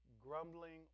grumbling